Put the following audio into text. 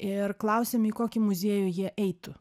ir klausėm į kokį muziejų jie eitų